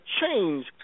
change